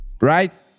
right